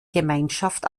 gemeinschaft